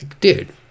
Dude